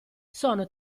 sono